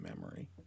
memory